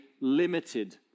limited